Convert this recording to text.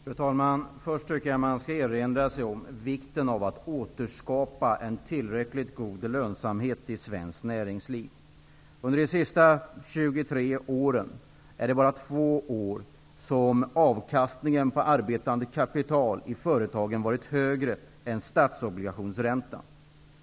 Fru talman! Först vill jag säga att jag tycker att man skall erinra sig vikten av att en tillräckligt god lönsamhet återskapas i svenskt näringsliv. Under de senaste 23 åren är det bara under två år som avkastningen på arbetande kapital i företagen varit högre än statsobligationsräntan.